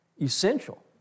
essential